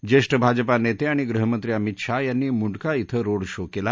ज्येष्ठ भाजपा नेते आणि गृहमंत्री अमित शाह यांनी मुंडका शे रोड शो केला